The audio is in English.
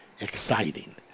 exciting